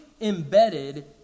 embedded